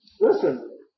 Listen